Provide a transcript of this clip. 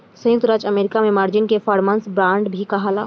संयुक्त राज्य अमेरिका में मार्जिन के परफॉर्मेंस बांड भी कहाला